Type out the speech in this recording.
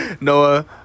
Noah